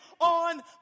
on